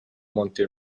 monte